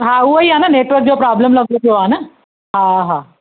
हा उहो ई आहे न नैटवर्क जो प्रॉब्लम लॻियो पियो आहे न हा हा